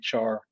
HR